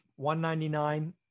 $199